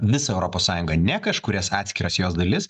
visą europos sąjungą ne kažkurias atskiras jos dalis